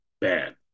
bad